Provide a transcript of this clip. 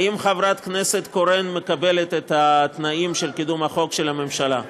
האם חברת הכנסת קורן מקבלת את התנאים לקידום החוק של הממשלה?